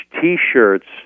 T-shirts